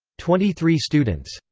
twenty three students,